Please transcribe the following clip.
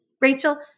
Rachel